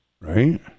Right